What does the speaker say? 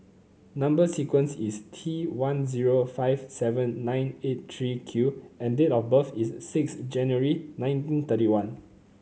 number sequence is T one zero five seven nine eight three Q and date of birth is six January nineteen thirty one